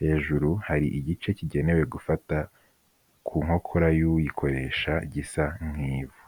hejuru hari igice kigenewe gufata ku nkokora y'uyikoresha gisa nk'ivu.